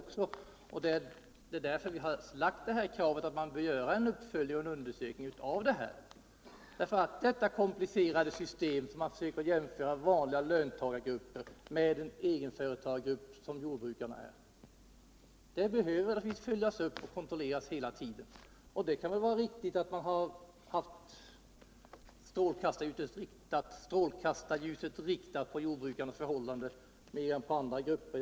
Vi har framställt krav på att man bör göra en uppföljning och en undersökning av förhållandena. Det är komplicerat att försöka jämföra vanliga löntagargrupper med en egenföretagargrupp, som jordbrukarna är. Kontroll och uppföljning behövs hela tiden, och det kan vara riktigt att ha strålkastarljuset riktat på jordbrukarnas förhållanden mer än på andra gruppers.